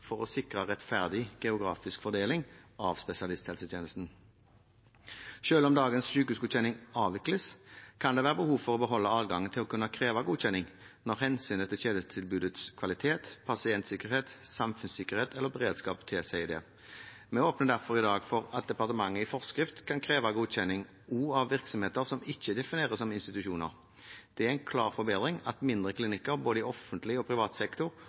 for å sikre rettferdig geografisk fordeling av spesialisthelsetjenesten. Selv om dagens sykehusgodkjenning avvikles, kan det være behov for å beholde adgangen til å kunne kreve godkjenning når hensynet til tjenestetilbudets kvalitet, pasientsikkerhet, samfunnssikkerhet og beredskap tilsier det. Vi åpner derfor i dag for at departementet i forskrift kan kreve godkjenning også av virksomheter som ikke defineres som institusjoner. Det er en klar forbedring at mindre klinikker, både i offentlig og privat sektor,